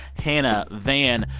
hannah, van.